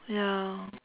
ya